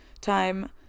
time